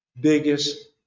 Biggest